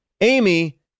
Amy